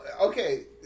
okay